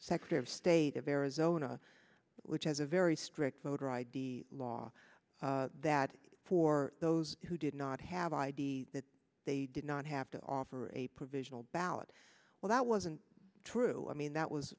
secretary of state of arizona which has a very strict voter i d law that for those who did not have id that they did not have to offer a provisional ballot well that wasn't true i mean that was